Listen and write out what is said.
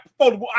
foldable